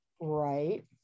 right